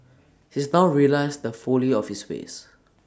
he's now realised the folly of his ways